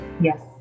yes